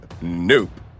Nope